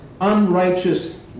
unrighteous